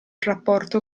rapporto